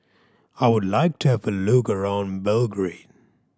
I would like to have a look around Belgrade